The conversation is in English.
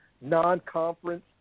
non-conference